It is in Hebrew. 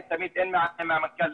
אנחנו ניצור איזו שהיא שיחה אחרי הדיון,